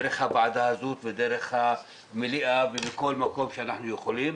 דרך הוועדה הזאת ודרך המליאה ובכל מקום שאנחנו יכולים,